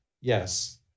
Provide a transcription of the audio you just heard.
Yes